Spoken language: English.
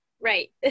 Right